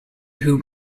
who